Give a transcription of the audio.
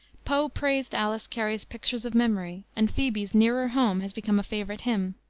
poe praised alice cary's pictures of memory, and phoebe's nearer home has become a favorite hymn.